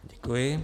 Děkuji.